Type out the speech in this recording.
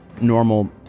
normal